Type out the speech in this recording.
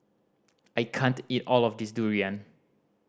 I can't eat all of this durian